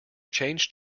change